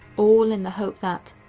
all in the hope that,